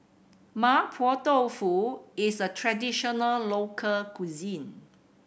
Mapo Tofu is a traditional local cuisine